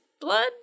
blood